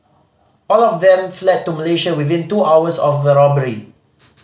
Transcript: all of them fled to Malaysia within two hours of the robbery